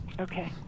okay